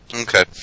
Okay